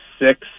Six